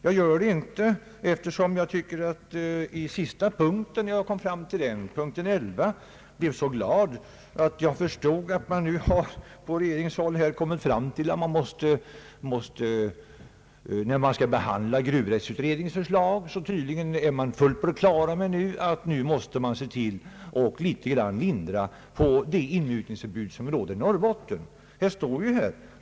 Jag gör det emellertid inte, eftersom jag, när jag läste punkt 11 i svaret, förstod att man kommit fram till att man vid behandlingen av gruvrättsutredningens förslag måste se till att mildra det inmutningsförbud som råder i Norrbotten.